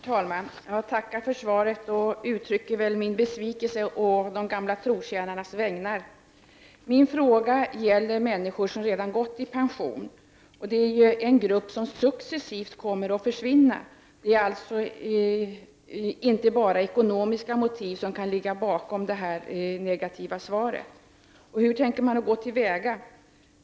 Herr talman! Jag tackar för svaret och uttrycker min besvikelse å de gamla trotjänarnas vägnar. Min fråga gäller människor som redan har gått i pension, och det är en grupp som successivt kommer att försvinna. Det är alltså inte bara ekonomiska motiv som kan ligga bakom det negativa svaret. Hur tänker man då gå till väga?